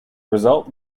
result